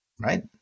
right